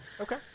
Okay